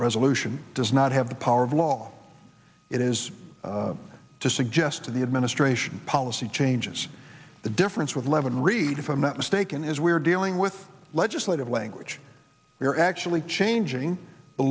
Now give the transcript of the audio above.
resolution does not have the power of law it is to suggest to the administration policy changes the difference with eleven read if i'm not mistaken is we're dealing with legislative language we're actually changing the